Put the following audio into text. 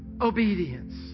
obedience